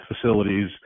facilities